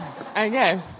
Okay